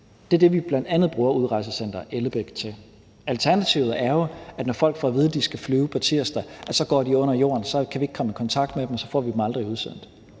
Det er bl.a. det, vi bruger Udlændingecenter Ellebæk til. Alternativet er jo, at når folk får at vide, at de skal flyve på tirsdag, så går de under jorden, og så kan vi ikke komme i kontakt med dem, og så får vi dem aldrig udsendt.